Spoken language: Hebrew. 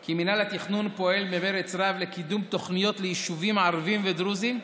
כי מינהל התכנון פועל במרץ רב לקידום תוכניות ליישובים ערביים ודרוזיים,